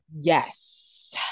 Yes